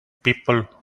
people